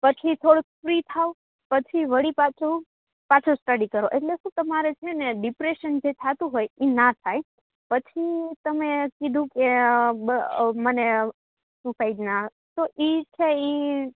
પછી થોડુંક ફ્રી થાવ પછી વળી પાછું પાછું સ્ટડી કરો એટલે શું તમારે છે ને ડિપ્રેશન જે થતું હોય એ ના થાય પછી તમે કીધું કે મને સુસાઇડના તો એ છે એ